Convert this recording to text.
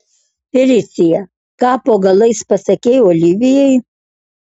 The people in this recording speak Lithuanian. felicija ką po galais pasakei olivijai